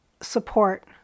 support